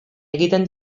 egiten